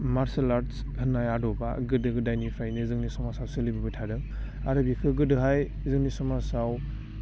martial arts होननाय आदबा गोदो गोदायनिफ्रायनो जोंनि समाजाव सोलिबोबाय थादों आरो बेफोर गोदोहाय जोंनि समाजाव